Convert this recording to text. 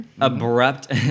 abrupt